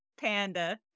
Panda